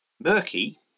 Murky